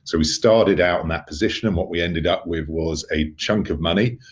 so we started out in that position and what we ended up with was a chunk of money